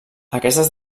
aquestes